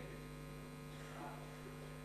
ההצעה